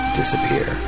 disappear